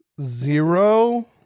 Zero